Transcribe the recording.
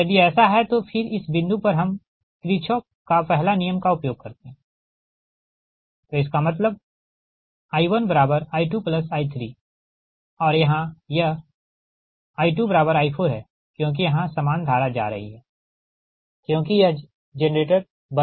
तो यदि ऐसा है तो फिर इस बिंदु पर हम किर्छोफ का पहला नियम का उपयोग करते है तो इसका मतलब I1I2I3 और यहाँ यह I2I4 है क्योंकि यहाँ सामान धारा जा रही है क्योंकि यह बंद है